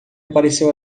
apareceu